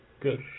Good